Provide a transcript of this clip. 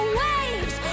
waves